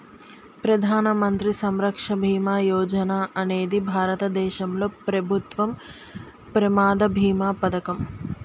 ప్రధాన మంత్రి సురక్ష బీమా యోజన అనేది భారతదేశంలో ప్రభుత్వం ప్రమాద బీమా పథకం